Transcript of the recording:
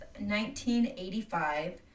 1985